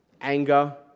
anger